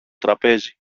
τραπέζι